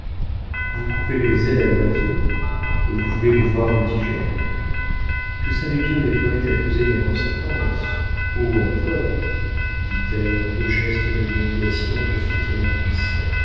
vous coupez les ailes à l'oiseau et vous voulez le voir voltigeant je savais bien les poëtes accusés d'inconséquence oh à tort dit-elle au geste de dénégation que fit